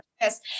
yes